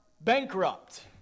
bankrupt